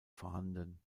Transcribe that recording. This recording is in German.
vorhanden